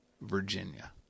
Virginia